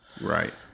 Right